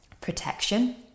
protection